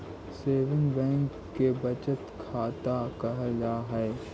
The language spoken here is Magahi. सेविंग बैंक के बचत खाता कहल जा हइ